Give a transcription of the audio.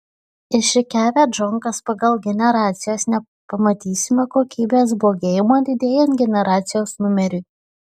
išrikiavę džonkas pagal generacijas nepamatysime kokybės blogėjimo didėjant generacijos numeriui